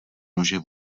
nože